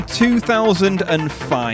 2005